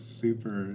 super